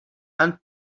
and